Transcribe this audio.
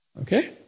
Okay